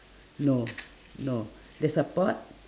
no no there's a pot